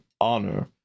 honor